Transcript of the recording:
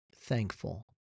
thankful